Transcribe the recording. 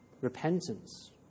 repentance